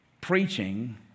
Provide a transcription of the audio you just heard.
preaching